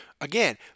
Again